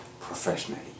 professionally